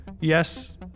Yes